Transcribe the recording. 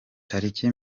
tariki